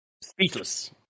speechless